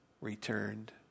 returned